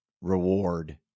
reward